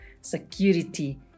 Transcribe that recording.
security